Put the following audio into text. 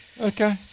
okay